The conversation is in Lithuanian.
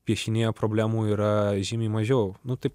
piešinyje problemų yra žymiai mažiau nu taip